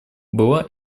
была